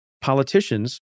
politicians